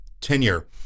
tenure